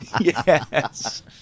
Yes